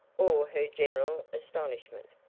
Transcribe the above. or her general astonishment.